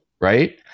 right